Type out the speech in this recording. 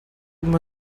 maw